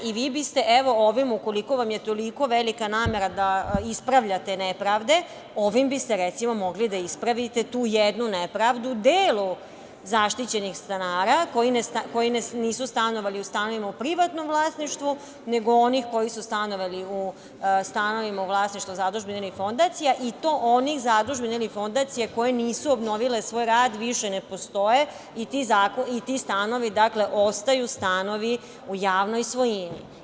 I vi biste, evo ovim, ukoliko vam je toliko velika namera da ispravljate nepravde, ovim biste recimo mogli da ispravite tu jednu nepravdu delu zaštićenih stanara koji nisu stanovali u stanovima u privatnom vlasništvu, nego onih koji su stanovali u stanovima u vlasništvu zadužbina ili fondacija i to onih zadužbina ili fondacija koje nisu obnovile svoj rad, više ne postoje, i ti stanovi ostaju stanovi u javnoj svojini.